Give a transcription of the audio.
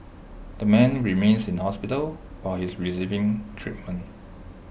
the man remains in hospital where he is receiving treatment